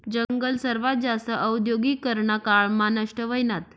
जंगल सर्वात जास्त औद्योगीकरना काळ मा नष्ट व्हयनात